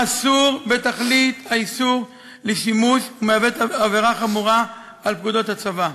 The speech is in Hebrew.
אסור בתכלית האיסור ומהווה עבירה חמורה על פקודות הצבא.